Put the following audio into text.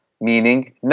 meaning